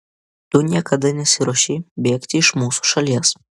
tu niekada nesiruošei bėgti iš mūsų šalies